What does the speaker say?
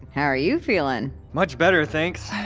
how are you feeling? much better, thanks.